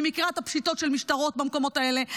אני מכירה את הפשיטות של המשטרות על המקומות האלה.